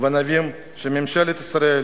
נבין שממשלת ישראל